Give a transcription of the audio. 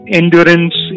endurance